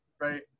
right